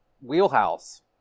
wheelhouse